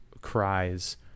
cries